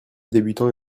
débutants